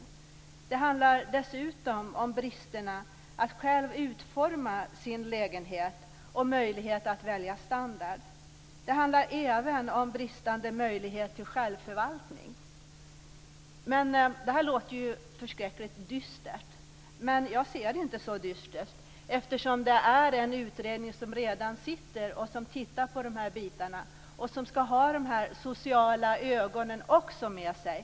Det handlar dessutom om bristande möjlighet att själv utforma sin lägenhet och välja standard. Det handlar även om bristande möjlighet till självförvaltning. Detta låter ju förskräckligt dystert. Men jag ser det inte så dystert, eftersom det redan sitter en utredning som ser över detta och som också ska ha de "sociala ögonen" med sig.